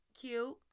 Cute